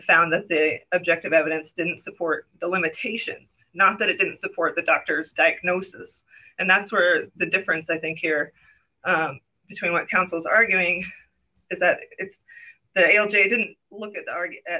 found that the objective evidence didn't support the limitation not that it didn't support the doctor's diagnosis and that's where the difference i think here between what councils are arguing is that it's a didn't look at the